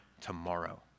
tomorrow